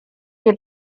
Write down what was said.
que